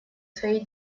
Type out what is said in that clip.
своей